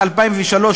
מ-2003,